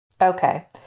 Okay